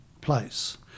place